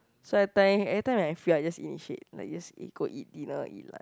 certain every time I feel I just initiate like just eat go eat dinner eat lah